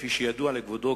כפי שידוע לכבודו,